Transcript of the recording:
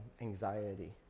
anxiety